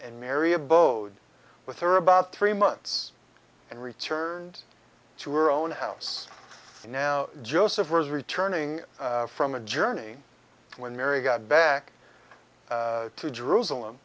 and mary abode with her about three months and returned to her own house and now joseph was returning from a journey when mary got back to jerusalem